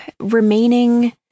Remaining